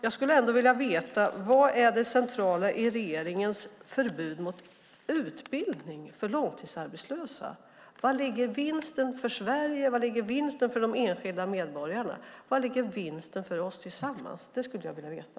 Jag skulle vilja veta vad som är det centrala i regeringens förbud mot utbildning för långtidsarbetslösa. Var ligger vinsten för Sverige? Var ligger vinsten för de enskilda medborgarna? Var ligger vinsten för oss tillsammans? Det skulle jag vilja veta.